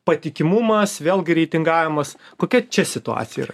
patikimumas vėlgi reitingavimas kokia čia situacija yra